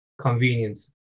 convenience